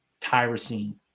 tyrosine